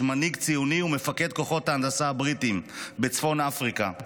מנהיג ציוני ומפקד כוחות ההנדסה הבריטיים בצפון אפריקה.